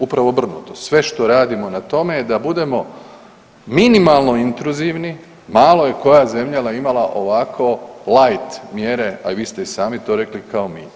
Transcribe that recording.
Upravo obrnuto, sve što radimo na tome je da budemo minimalno intruzivni, malo je koja zemlja imala ovako light mjere, a i vi ste i sami to rekli, kao mi.